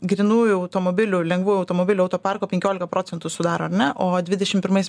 grynųjų automobilių lengvųjų automobilių autoparko penkiolika procentų sudaro ar ne o dvidešim pirmais